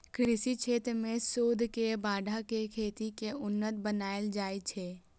कृषि क्षेत्र मे शोध के बढ़ा कें खेती कें उन्नत बनाएल जाइ छै